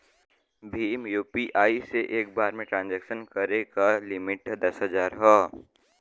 Bhim UPI से एक बार में ट्रांसक्शन करे क लिमिट दस हजार हौ